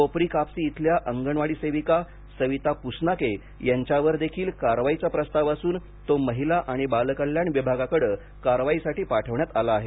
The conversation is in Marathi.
कोपरी कापसी इथल्या अंगणवाडी सेविका सविता प्सनाके यांचेवर देखील कारवाईचा प्रस्ताव असून तो महिला आणि बालकल्याण विभागाकडे कारवाईसाठी पाठविण्यात आला आहे